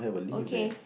okay